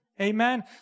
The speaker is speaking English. Amen